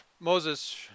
Moses